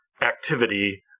activity